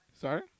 Sorry